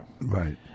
Right